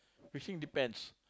fishing depends